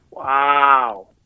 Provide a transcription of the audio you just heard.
Wow